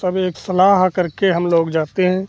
सब एक सलाह करके हम लोग जाते हैं